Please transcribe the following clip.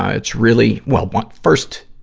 ah it's really well, one, first,